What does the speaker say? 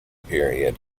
period